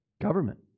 Government